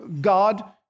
God